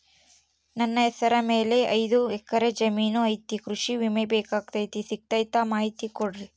ನನ್ನ ಹೆಸರ ಮ್ಯಾಲೆ ಐದು ಎಕರೆ ಜಮೇನು ಐತಿ ಕೃಷಿ ವಿಮೆ ಬೇಕಾಗೈತಿ ಸಿಗ್ತೈತಾ ಮಾಹಿತಿ ಕೊಡ್ರಿ?